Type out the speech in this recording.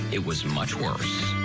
it was much worse.